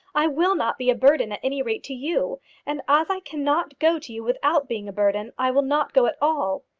i will not be a burden at any rate to you and as i cannot go to you without being a burden, i will not go at all.